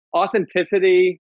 authenticity